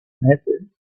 method